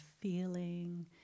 feeling